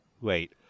wait